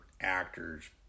actors